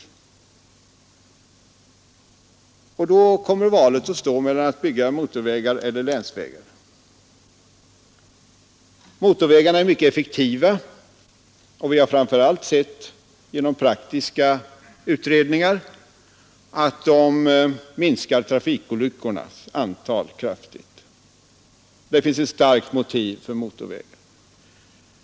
Valet kommer då att stå mellan att bygga motorvägar och att bygga länsvägar. Motorvägarna är mycket effektiva. Vi har genom praktiska utredningar sett att de minskar trafikolyckornas antal kraftigt. Det är ett starkt motiv för motorvägar.